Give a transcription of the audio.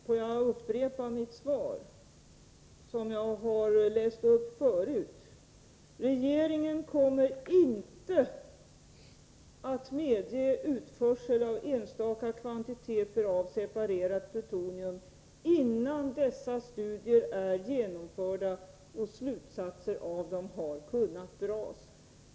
Fru talman! Jag upprepar vad jag sagt i svaret: ”Regeringen kommer inte att medge utförsel av enstaka kvantiteter av separerat plutonium, innan dessa studier är genomförda och slutsatser av dem har kunnat dras.